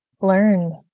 learn